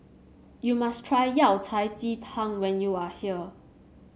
you must try Yao Cai Ji Tang when you are here